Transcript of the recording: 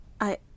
I-